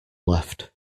left